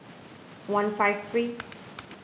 one five three